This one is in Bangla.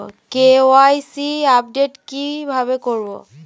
কে.ওয়াই.সি আপডেট কি ভাবে করবো?